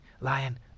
lion